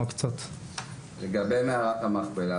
לגבי מערת המכפלה,